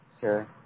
Sure